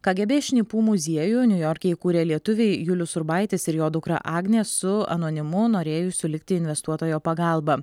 kgb šnipų muziejų niujorke įkūrė lietuviai julius urbaitis ir jo dukra agnė su anonimu norėjusio likti investuotojo pagalba